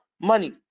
money